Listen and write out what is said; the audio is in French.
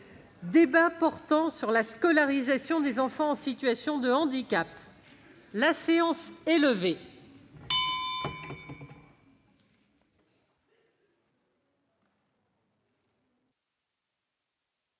Débat portant sur la scolarisation des enfants en situation de handicap. Personne ne